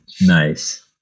Nice